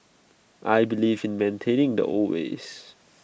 I believe in maintaining the old ways